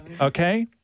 okay